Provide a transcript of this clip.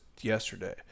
yesterday